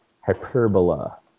hyperbola